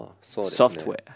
Software